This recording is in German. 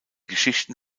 geschichten